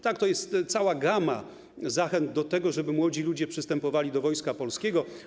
Tak, to jest cała gama zachęt do tego, żeby młodzi ludzie przystępowali do Wojska Polskiego.